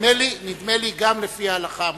נדמה לי, גם לפי ההלכה המוסלמית.